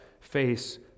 face